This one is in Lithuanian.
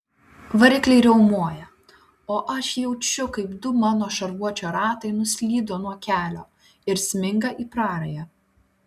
varikliai riaumoja o aš jaučiu kaip du mano šarvuočio ratai nuslydo nuo kelio ir sminga į prarają